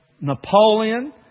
Napoleon